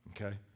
okay